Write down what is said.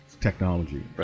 technology